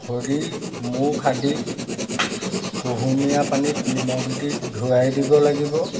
ভৰি মুখ আদি কুহুমীয়া পানীত নিমখ দি ধোৱাই দিব লাগিব